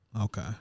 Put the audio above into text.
okay